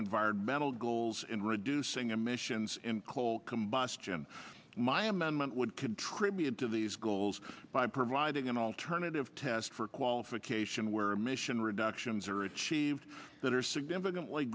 environmental goals in reducing emissions coal combustion my amendment would contribute to these goals by providing an alternative test for qualification where emission reductions are achieved that are significantly